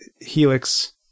Helix